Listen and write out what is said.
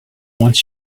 wants